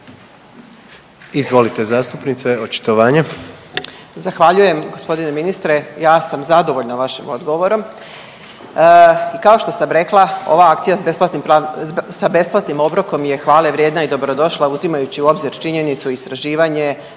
Izvolite zastupnice, očitovanje. **Jeckov, Dragana (SDSS)** Zahvaljujem g. ministre. Ja sam zadovoljna vašim odgovorom i kao što sam rekla, ova akcija sa besplatnim obrokom je hvale vrijedna i dobrodošla uzimajući u obzir činjenicu i istraživanje